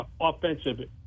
offensive